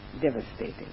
devastating